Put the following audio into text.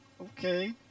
Okay